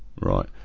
Right